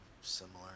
similar